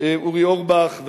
אורי אורבך,